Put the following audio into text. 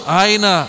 aina